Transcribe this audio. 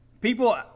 people